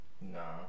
Nah